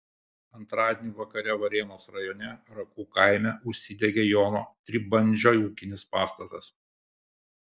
antradienį vakare varėnos rajone rakų kaime užsidegė jono tribandžio ūkinis pastatas